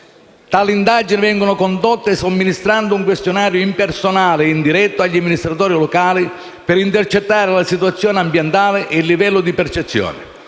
Tali indagini vengono condotte somministrando un questionario impersonale e indiretto agli amministratori locali per «intercettare» la situazione ambientale e il livello di percezione.